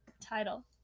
title